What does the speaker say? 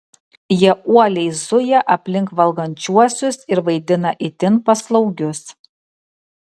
jie uoliai zuja aplink valgančiuosius ir vaidina itin paslaugius